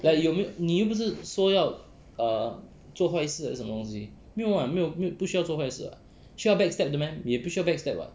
like you 你又不是说要 err 做坏事还是什么东西没有 [what] 不需要做坏事 [what] 需要 backstab 的 meh 也不需要 backstab [what]